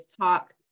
talk